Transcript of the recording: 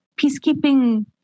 Peacekeeping